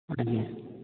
ଆଜ୍ଞା